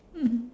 mmhmm